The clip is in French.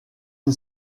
une